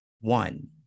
one